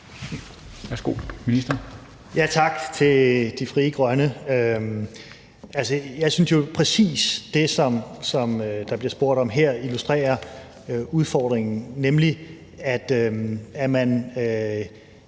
Tak til Frie Grønne. Jeg synes jo præcis det, som der bliver spurgt om her, illustrerer udfordringen, nemlig at man